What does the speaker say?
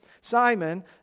Simon